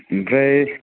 आमफ्राय